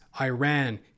Iran